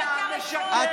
אתה משקר.